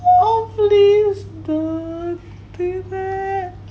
oh please don't